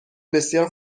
بسیار